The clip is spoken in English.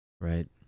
Right